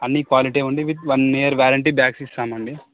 అన్నీ క్వాలిటీ ఉంది with one year warranty bags ఇస్తామండీ